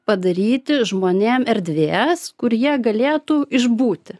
padaryti žmonėm erdvės kur jie galėtų išbūti